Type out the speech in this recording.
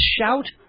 shout